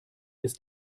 ist